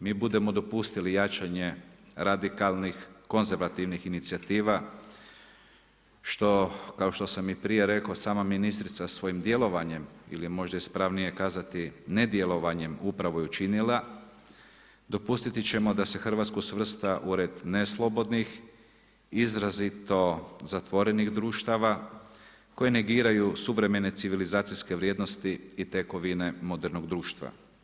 mi budemo dopustili jačanje radikalnih konzervativnih inicijativa što kao što sam i prije rekao sama ministrica svojim djelovanjem ili je možda ispravnije kazati nedjelovanjem upravo učinila dopustiti ćemo da se Hrvatsku svrsta u red neslobodnih, izrazito zatvorenih društava koje negiraju suvremene civilizacijske vrijednosti i tekovine modernog društva.